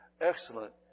excellent